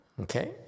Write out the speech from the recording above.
Okay